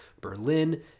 Berlin